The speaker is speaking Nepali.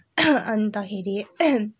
अन्तखेरि